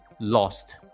lost